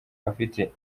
afite